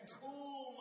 cool